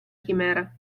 chimera